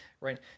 right